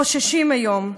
חוששים היום.